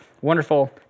Wonderful